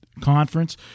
conference